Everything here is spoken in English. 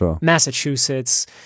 Massachusetts